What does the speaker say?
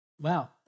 Wow